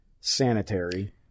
sanitary